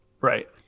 right